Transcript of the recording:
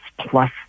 plus